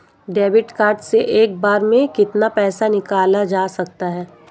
Debit card से एक बार में कितना पैसा निकाला जा सकता है?